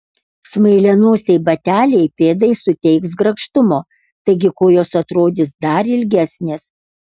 smailianosiai bateliai pėdai suteiks grakštumo taigi kojos atrodys dar ilgesnės